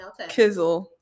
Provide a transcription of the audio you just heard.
Kizzle